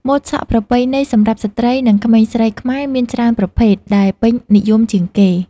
ម៉ូតសក់ប្រពៃណីសម្រាប់ស្ត្រី និងក្មេងស្រីខ្មែរមានច្រើនប្រភេទ ដែលពេញនិយមជាងគេ។